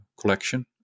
collection